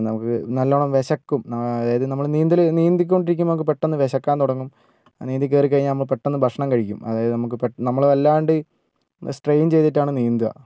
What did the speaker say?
നമുക്ക് നല്ലോണം വിശക്കും അതായത് നമ്മൾ നീന്തൽ നീന്തിക്കൊണ്ടിരിക്കുമ്പോൾ നമുക്ക് പെട്ടന്ന് വിശക്കാൻ തുടങ്ങും നീന്തി കയറിക്കഴിഞ്ഞാൽ നമ്മൾ പെട്ടന്നു ഭക്ഷണം കഴിക്കും അതായത് നമുക്ക് നമ്മൾ വല്ലാണ്ട് സ്ട്രെയിൻ ചെയ്തിട്ടാണ് നീന്തുക